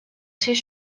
ser